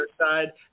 side